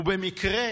ובמקרה,